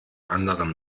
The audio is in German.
anderen